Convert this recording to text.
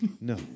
no